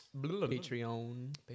Patreon